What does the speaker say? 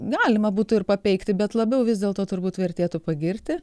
galima būtų ir papeikti bet labiau vis dėl to turbūt vertėtų pagirti